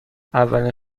اولین